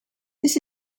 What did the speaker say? this